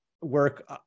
work